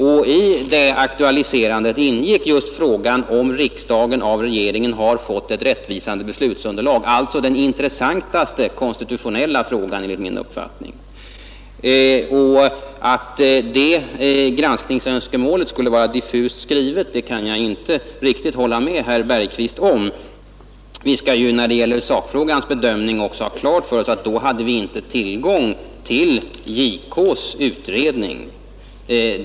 Och i det aktualiserandet ingick just frågan huruvida riksdagen av regeringen har fått ett rättvisande beslutsunderlag, alltså den intressantaste konstitutionella frågan enligt min uppfattning. Att det granskningsönskemålet skulle vara diffust skrivet kan jag inte hålla med herr Bergqvist om. När det gäller sakfrågans bedömning skall vi också ha klart för oss att vi då inte hade tillgång till JK :s utredning.